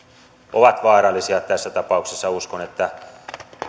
ovat vaarallisia tässä tapauksessa uskon että